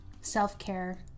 self-care